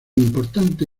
importante